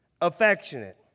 affectionate